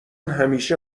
همیشه